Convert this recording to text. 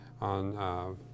on